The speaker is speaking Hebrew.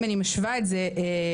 אם אני משווה את זה לגברים,